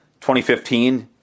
2015